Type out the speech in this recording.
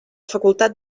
facultat